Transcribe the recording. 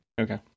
Okay